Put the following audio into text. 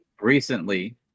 Recently